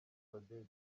claudette